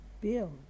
build